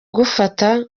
gufata